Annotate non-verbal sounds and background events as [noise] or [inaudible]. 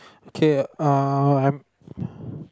okay uh I'm [breath]